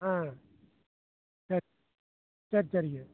ஆ சரி சரி சரிங்க